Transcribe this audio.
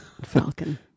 Falcon